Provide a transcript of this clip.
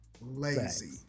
Lazy